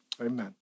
amen